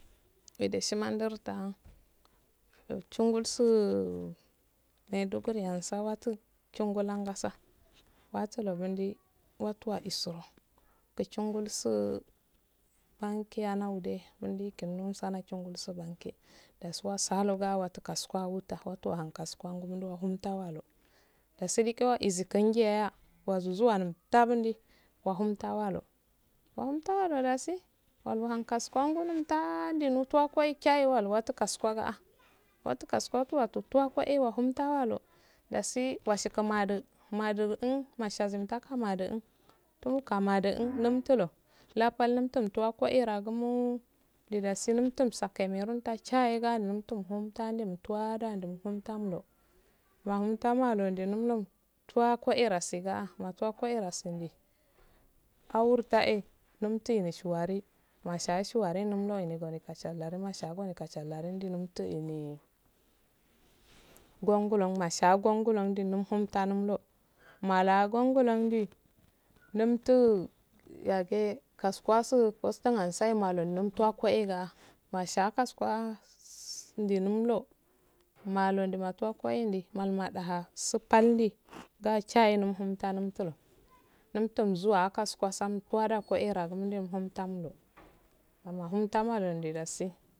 Edeshi mandritah uttungussul maidugur ah sawattu chuggullangastta watulo mundi watu wa iso kuchungulsu bankii yanawdde mundi kamerrun munhusal chungulssu banki dasi wasalu wattu kaguhu wutta watta wahun kasuguwe ngu muntta walo dasi diqe wazinkiyaye wazuzuwan muntamadi wahummtahwalo wahum mttawalo dasi alci uhun kasuguwengu ulukdami mduni mttuwa koyi tchayi wodu wattu kasugueh ga wattu kasugwe ga wattu watuttuwa madu modu un madu un madushinge nzumttah madagal un tun ka madun udumtto lo lah pal ndumti ɗalwa kora nghumo du dasi numto masa kameroon ttah shayeh shm mitta luntuwa wutamllo mahum ttawalo mduna hum tuwa kora siga ah matuwa kore gungui auritta eh muttumu shuwari masha a goni kashllaro um dan umttu gonglong masha a gonglong umdunnum ttahalo malah gonglong namttu yagu kasuwasu kostoh asamalo umta ko ewaga masha kasuwa umdunullo maludun maluwa koyindun malu maɗaha su ppaldu sa cha himttahilo numtum zuwa kasuwa kasan tuwada koreha umdunum ttaimilo moham ttamilo ehh dasi